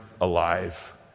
alive